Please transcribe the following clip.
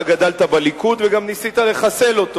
אתה גדלת בליכוד וגם ניסית לחסל אותו.